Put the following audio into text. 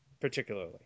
particularly